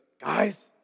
Guys